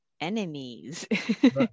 enemies